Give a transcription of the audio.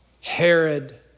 Herod